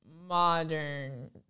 modern